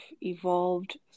evolved